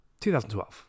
2012